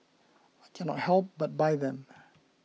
I can not help but buy them